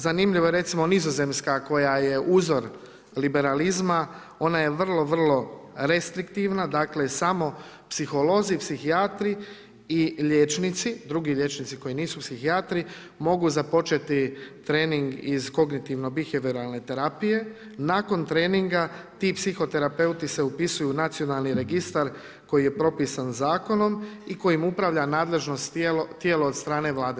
Zanimljivo je recimo Nizozemska koja je uzor liberalizma, ona je vrlo, vrlo restriktivna, dakle samo psiholozi, psihijatri i liječnici, drugi liječnici koji nisu psihijatri mogu započeti trening iz kognitivno-bihevioralne terapije, nakon treninga ti psihoterapeuti se upisuju u nacionalni registra koji je propisan zakonom i kojim upravlja nadležno tijelo od strane Vlade.